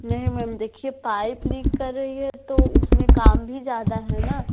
नहीं मैम देखिए pipe leak कर रही है तो उसमें काम भी ज़्यादा है ना